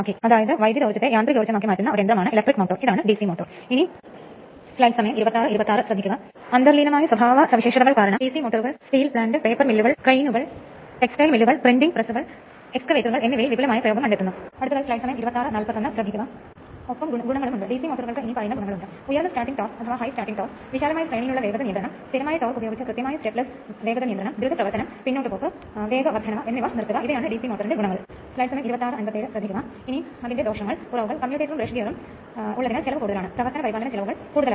പിന്നീട് വൈദ്യുതി സ്റ്റേറ്ററിൽ നിന്നോ റോട്ടറിലേക്കോ വായു വിടവിലൂടെ കൈമാറ്റം ചെയ്യപ്പെടുന്നു അതിനാൽ ഇപ്പോൾ സ്റ്റേറ്ററിൽ യഥാർത്ഥത്തിൽ സ്റ്റാക്ക് ലാമിനേഷൻ ഉപയോഗിച്ച് പൊള്ളയായ സിലിണ്ടർ കോഡ് ഉൾക്കൊള്ളുന്ന ഒരു ഉരുക്ക് ചട്ടക്കൂട് അടങ്ങിയിരിക്കുന്നു